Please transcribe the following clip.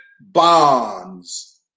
bonds